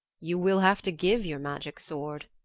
you will have to give your magic sword,